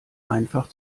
einfach